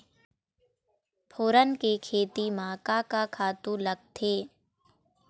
फोरन के खेती म का का खातू लागथे?